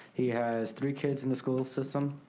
he has three kids in the school system,